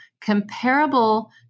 comparable